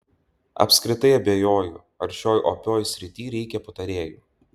apskritai abejoju ar šioj opioj srity reikia patarėjų